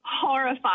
Horrified